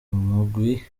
umugwi